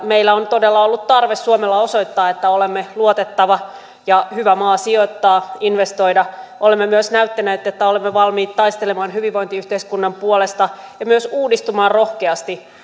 meillä suomella on todella ollut tarve osoittaa että olemme luotettava ja hyvä maa sijoittaa investoida olemme myös näyttäneet että olemme valmiit taistelemaan hyvinvointiyhteiskunnan puolesta ja myös uudistumaan rohkeasti